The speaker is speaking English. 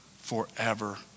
forever